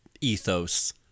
ethos